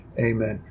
Amen